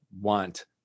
want